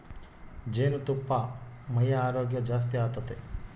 ಜೇನುತುಪ್ಪಾ ಮೈಯ ಆರೋಗ್ಯ ಜಾಸ್ತಿ ಆತತೆ